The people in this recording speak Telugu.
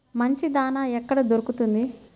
మంచి దాణా ఎక్కడ దొరుకుతుంది?